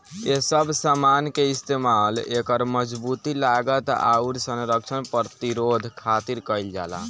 ए सब समान के इस्तमाल एकर मजबूती, लागत, आउर संरक्षण प्रतिरोध खातिर कईल जाला